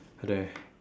I don't have